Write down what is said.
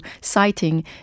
citing